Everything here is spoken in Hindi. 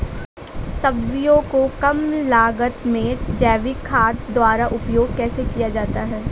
सब्जियों को कम लागत में जैविक खाद द्वारा उपयोग कैसे किया जाता है?